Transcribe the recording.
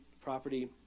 property